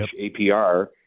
APR